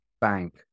Bank